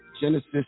Genesis